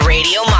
Radio